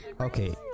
Okay